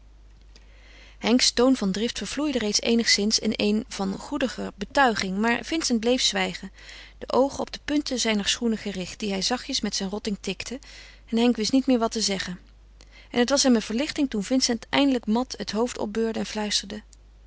henks toon van drift vervloeide reeds eenigszins in een van goediger betuiging maar vincent bleef zwijgen de oogen op de punten zijner schoenen gericht die hij zachtjes met zijn rotting tikte en henk wist niet meer wat te zeggen en het was hem een verlichting toen vincent eindelijk mat het hoofd opbeurde en fluisterde